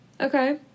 Okay